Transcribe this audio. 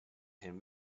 him